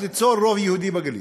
ליצור רוב יהודי בגליל,